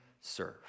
serve